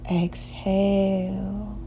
Exhale